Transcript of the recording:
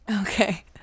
Okay